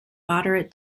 moderate